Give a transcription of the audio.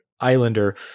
Islander